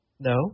No